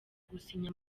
gusinya